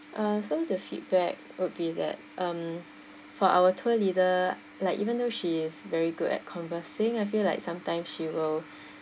uh so the feedback would be that um for our tour leader like even though she is very good at conversing I feel like sometimes she will